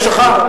יש לך?